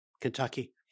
Kentucky